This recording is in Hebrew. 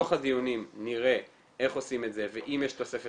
בתוך הדיונים נראה איך עושים את זה ואם יש תוספת